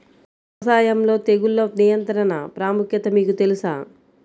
వ్యవసాయంలో తెగుళ్ల నియంత్రణ ప్రాముఖ్యత మీకు తెలుసా?